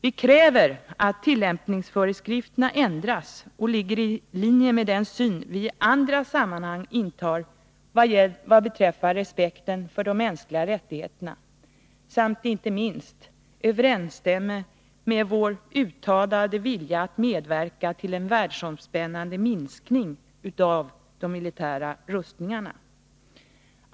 Vi kräver att tillämpningsföreskrifterna ändras, så att de ligger i linje med den syn vi i andra sammanhang intar vad beträffar respekten för de mänskliga rättigheterna samt inte minst överensstämmer med vår uttalade vilja att medverka till en världsomspännande minskning av de militära rustningarna.